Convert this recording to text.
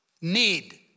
need